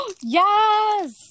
Yes